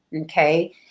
Okay